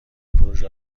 پروژه